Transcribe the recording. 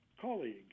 colleague